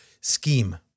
scheme